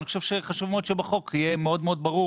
אני חושב שחשוב מאוד שבחוק יהיה מאוד מאוד ברור